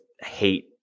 hate